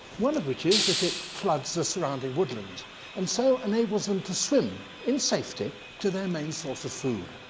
one of which is that it floods the surrounding woodlands and so enables them to swim in safety to their main source of food.